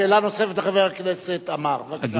שאלה נוספת לחבר הכנסת עמאר, בבקשה.